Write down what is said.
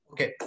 Okay